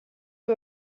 you